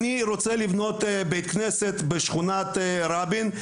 אני רוצה לבנות בית כנסת בשכונת רבין,